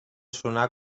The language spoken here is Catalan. sonar